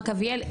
אביאל,